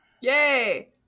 yay